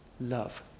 love